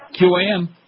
QAM